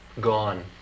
Gone